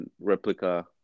replica